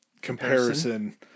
comparison